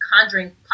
conjuring